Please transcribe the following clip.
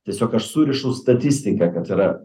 tiesiog aš surišu statistiką kad yra